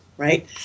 Right